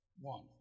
one